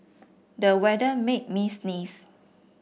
the weather made me sneeze